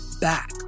back